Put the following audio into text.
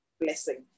blessing